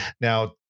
Now